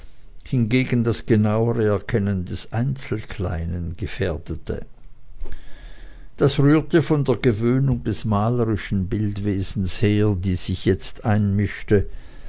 hingegen das genauere erkennen des einzelkleinen gefährdete das rührte von der gewöhnung des malerischen bildwesens her die sich jetzt einmischte